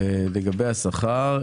מה השאלה לגבי השכר?